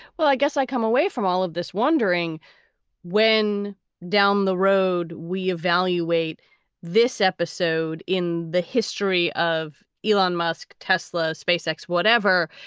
well, i guess i come away from all of this wondering when down the road we evaluate this episode in the history of elon musk, tesla, space x, whatever.